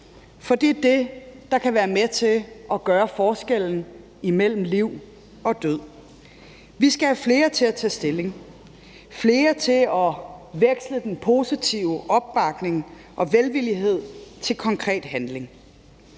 For det er det, der kan være med til at gøre forskellen mellem liv og død. Vi skal have flere til at tage stilling, flere til at vægte den positive opbakning og velvillighed til konkret handling.